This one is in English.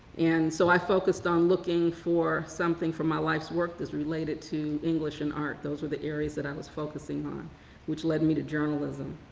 and so i focused on looking for something for my life's work that's related to english and art. those were the areas that i was focusing on which led me to journalism.